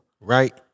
Right